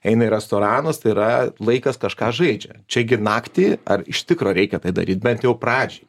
eina į restoranus tai yra laikas kažką žaidžia čia gi naktį ar iš tikro reikia tai daryt bent jau pradžiai